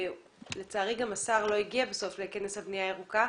לצערי השר לא הגיע לכנס הבנייה הירוקה.